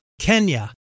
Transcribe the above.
Kenya